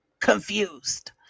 confused